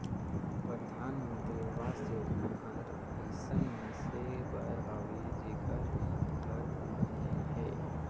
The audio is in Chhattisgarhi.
परधानमंतरी अवास योजना हर अइसन मइनसे बर हवे जेकर घर दुरा नी हे